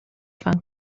fan